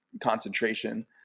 concentration